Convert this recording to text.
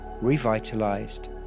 revitalized